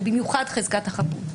ובמיוחד חזקת החפות,